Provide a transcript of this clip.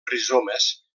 rizomes